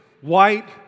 white